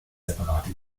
separate